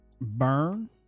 burn